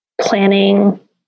planning